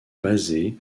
basée